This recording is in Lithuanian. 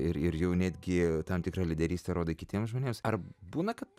ir ir jau netgi tam tikrą lyderystę rodai kitiem žmonėms ar būna kad